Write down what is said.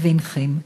וביניכם.